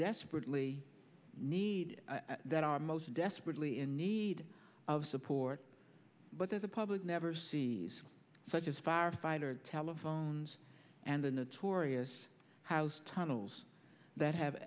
desperately need that are most desperately in need of support but there's a public never sees such as firefighter telephones and the notorious house tunnels that have